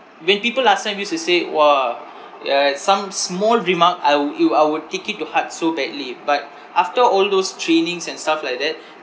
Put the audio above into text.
when people last time used to say !wah! ya some small remark I would it would I would take it to heart so badly but after all those trainings and stuff like that